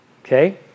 Okay